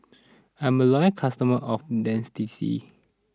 I'm a loyal customer of Dentiste